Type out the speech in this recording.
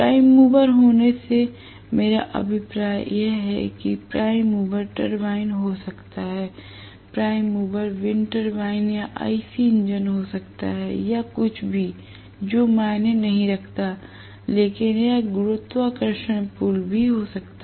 prime mover होने से मेरा अभिप्राय यह है कि प्राइम मूवर टरबाइन हो सकता है प्राइम मूवर विंटर वॉइन या आईसी इंजन हो सकता है या कुछ भीजो मायने नहीं रखता है लेकिन यह गुरुत्वाकर्षण पुल भी हो सकता है